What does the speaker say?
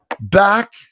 Back